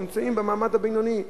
שנמצאים במעמד הבינוני,